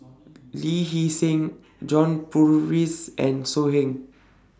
Lee Hee Seng John Purvis and So Heng